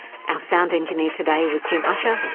sound engineer today was jim ussher,